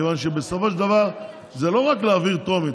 מכיוון שבסופו של דבר זה לא רק להעביר בטרומית,